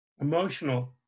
emotional